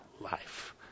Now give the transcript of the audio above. life